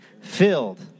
filled